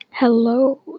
Hello